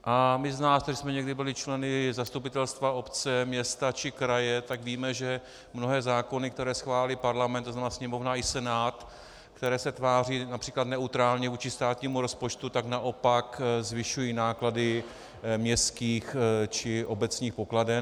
A my z nás, kteří jsme někdy byli členy zastupitelstva obce, města či kraje, tak víme, že mnohé zákony, které schválí Parlament, to znamená Sněmovna i Senát, které se tváří například neutrálně vůči státnímu rozpočtu, naopak zvyšují náklady městských či obecních pokladen.